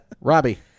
Robbie